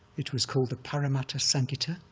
it was called the paramattha sankhitta,